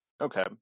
Okay